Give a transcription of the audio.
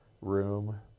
room